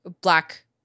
black